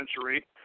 century